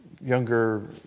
younger